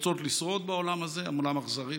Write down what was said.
רוצות לשרוד בעולם הזה, העולם אכזרי.